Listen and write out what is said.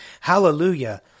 Hallelujah